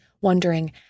wondering